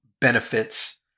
benefits